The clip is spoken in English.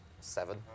Seven